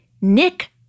Nick